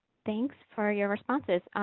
thanks for your responses.